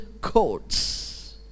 codes